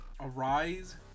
arise